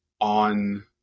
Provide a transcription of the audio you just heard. on